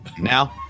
Now